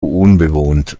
unbewohnt